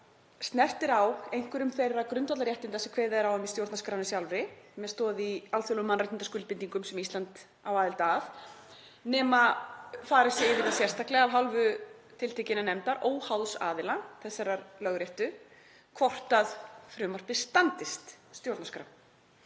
snert er á einhverjum þeirra grundvallarréttinda sem kveðið er á um í stjórnarskránni sjálfri, með stoð í alþjóðlegum mannréttindaskuldbindingum sem Ísland á aðild að, nema farið sé yfir það sérstaklega af hálfu tiltekinnar nefndar, óháðs aðila, þessarar Lögréttu, hvort frumvarpið standist stjórnarskrá.